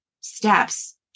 steps